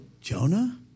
Jonah